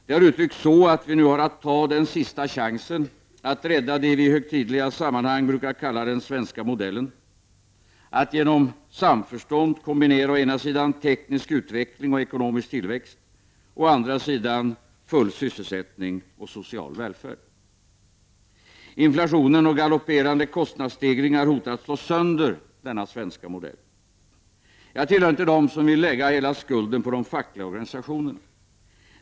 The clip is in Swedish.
Det har uttryckts så att vi nu har att ta den sista chansen för att rädda det vi i högtidliga sammanhang brukar kalla den svenska modellen — att genom samförstånd kombinera å ena sidan teknisk utveckling och ekonomisk tillväxt och å andra sidan full sysselsättning och social välfärd. Inflationen och galopperande kostnadsstegringar hotar att slå sönder den svenska modellen. Jag tillhör inte dem som vill lägga hela skulden på de fackliga organisationerna.